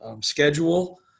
schedule